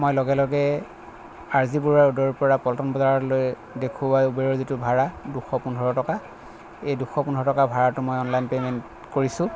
মই লগে লগে আৰ জি বৰুৱা ৰোডৰ পৰা পল্টন বজাৰলৈ দেখুওৱা ওবেৰৰ যিটো ভাড়া দুশ পোন্ধৰ টকা এই দুশ পোন্ধৰ টকা ভাড়াটো মই অনলাইন পে'মেণ্ট কৰিছোঁ